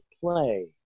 play